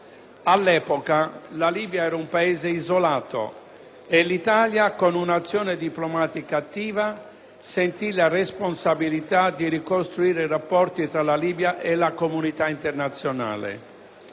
All'epoca, la Libia era un Paese isolato e l'Italia, con un'azione diplomatica attiva, sentì la responsabilità di ricostruire i rapporti tra la Libia e la comunità internazionale.